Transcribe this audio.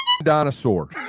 Dinosaur